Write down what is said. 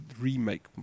remake